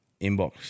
inbox